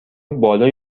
بالای